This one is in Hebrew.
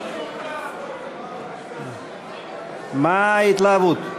מה ההתלהבות?